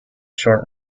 short